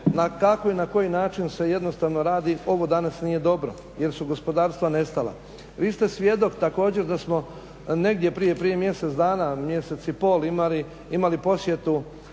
kako i na koji način se jednostavno radi. Ovo danas nije dobro jer su gospodarstva nestala. Vi ste svjedok također da smo negdje prije mjesec dana, mjesec i pol imali posjetu